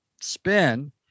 spin